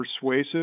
persuasive